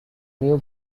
new